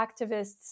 activists